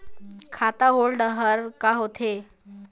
खाता होल्ड हर का होथे?